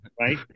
right